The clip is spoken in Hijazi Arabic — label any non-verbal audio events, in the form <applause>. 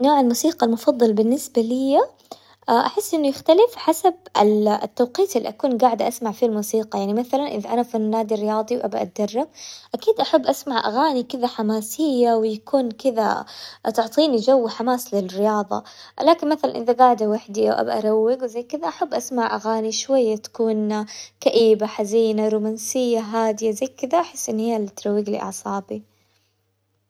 نوع الموسيقى المفضل بالنسبة ليا <hesitation> أحس إنه يختلف حسب ال- التوقيت اللي أكون قاعدة أسمع فيه الموسيقى، يعني مثلاً إذا أنا في النادي الرياضي وأبي أتدرب أكيد أحب أسمع أغاني كذا حماسية ويكون كذا تعطيني جو وحماس للرياظة، لكن مثلاً إذا قاعدة وحدي وأبى أروق وزي كذا أحب أسمع أغاني شوية تكون <hesitation> كئيبة حزينة رومانسية هادية زي كذا، أحس إن هي اللي تروقلي أعصابي.